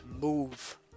move